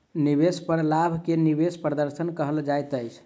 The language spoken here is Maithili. निवेश पर लाभ के निवेश प्रदर्शन कहल जाइत अछि